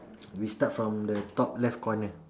we start from the top left corner